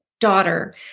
daughter